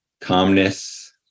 calmness